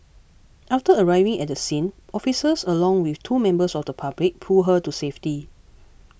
after arriving at the scene officers along with two members of the public pulled her to safety